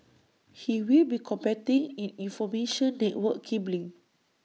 he will be competing in information network cabling